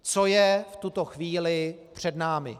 Co je v tuto chvíli před námi?